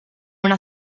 una